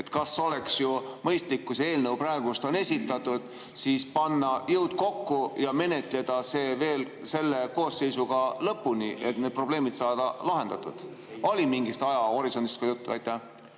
on? Oleks ju mõistlik, et kui see eelnõu on praegu esitatud, siis panna jõud kokku ja menetleda see selle koosseisuga lõpuni, et need probleemid saaks lahendatud. Oli mingist ajahorisondist ka juttu?